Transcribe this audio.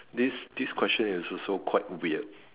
this this question is also quite weird